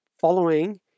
Following